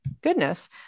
Goodness